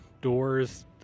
doors